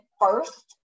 first